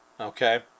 okay